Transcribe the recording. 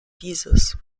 dieses